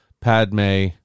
Padme